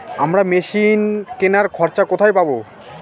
আমরা মেশিন কেনার খরচা কোথায় পাবো?